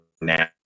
now